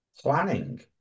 planning